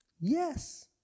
Yes